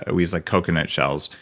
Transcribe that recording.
ah we use like coconut shells.